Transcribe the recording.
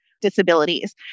disabilities